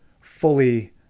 fully